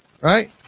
Right